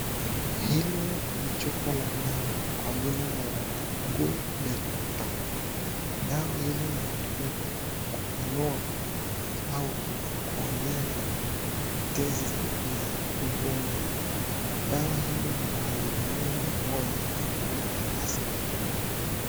Hili ni chupa la dawa kwa jina ya Ghudatun. Dawa hili linatumika kupanua au kuongeza tezi ya uume. Dawa hili lina asilimia mia moja la ki asili